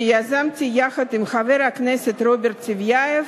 שיזמתי יחד עם חבר הכנסת רוברט טיבייב,